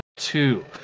two